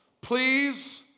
please